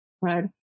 right